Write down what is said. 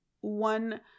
one